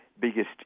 biggest